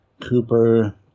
Cooper